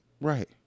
Right